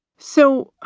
so.